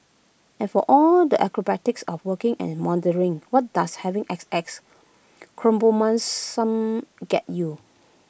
and for all the acrobatics of working and mothering what does having X X get you